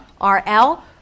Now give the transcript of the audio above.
R-L